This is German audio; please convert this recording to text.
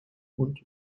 und